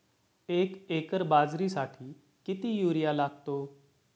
एक एकर बाजरीसाठी किती युरिया लागतो?